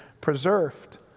preserved